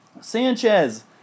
Sanchez